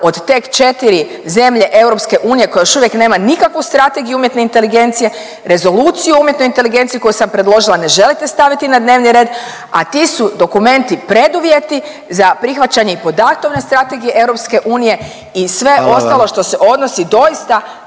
od tek četiri zemlje EU koje još uvijek nema nikakvu strategiju umjetne inteligencije, rezoluciju umjetne inteligencije koju sam predložila ne želite staviti na dnevni red, a ti su dokumenti preduvjeti za prihvaćanje i podatkovne strategije EU i sve …/Upadica predsjednik: